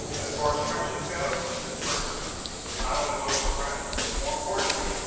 as far as friendships go, this person is not only loyal to friends but more importantly,